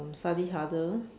study harder